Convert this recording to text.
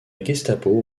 gestapo